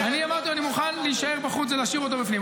אני אמרתי לו: אני מוכן להישאר בחוץ ולהשאיר אותו בפנים,